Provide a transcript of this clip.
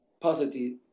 positive